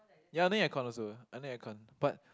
ya I need aircon also I need aircon but